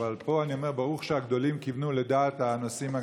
אבל פה אני אומר: ברוך שהגדולים כיוונו לדעת האנשים,